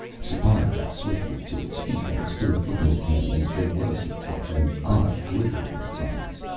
sipar got swiftly to its feet and stood looking at him and there was, he thought, an odd glitter in its eyes.